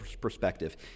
perspective